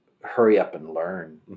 hurry-up-and-learn